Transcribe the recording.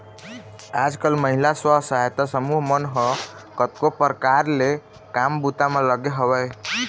आजकल महिला स्व सहायता समूह मन ह कतको परकार ले काम बूता म लगे हवय